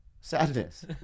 sadness